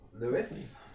Lewis